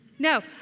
No